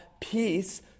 peace